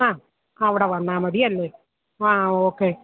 ആ അവിടെ വന്നാൽ മതിയല്ലേ ആ ഓക്കെ